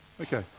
Okay